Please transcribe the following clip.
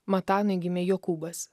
matanui gimė jokūbas